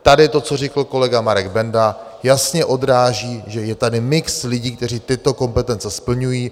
Tady to, co řekl kolega Marek Benda, jasně odráží, že je tady mix lidí, kteří tyto kompetence splňují.